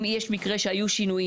אם יש מקרה שהיו שינויים,